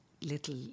little